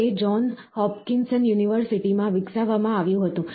તે John Hopkinson university માં વિકસાવવામાં આવ્યું હતું